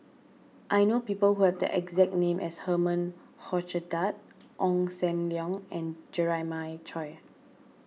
I know people who have the exact name as Herman Hochstadt Ong Sam Leong and Jeremiah Choy